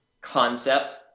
concept